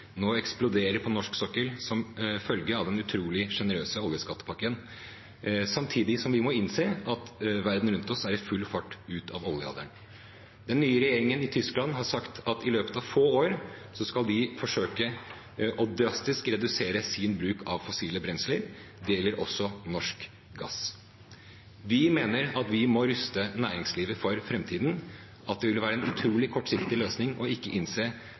nå eksploderer på norsk sokkel som følge av den utrolig generøse oljeskattepakken, samtidig som vi må innse at verden rundt oss er på full fart ut av oljealderen. Den nye regjeringen i Tyskland har sagt at de i løpet av få år skal forsøke drastisk å redusere sin bruk av fossilt brensel – det gjelder også norsk gass. Vi mener at vi må ruste næringslivet for framtiden, og at det ville være en utrolig kortsiktig løsning ikke å innse